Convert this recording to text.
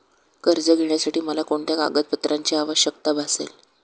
कर्ज घेण्यासाठी मला कोणत्या कागदपत्रांची आवश्यकता भासेल?